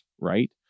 right